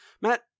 Matt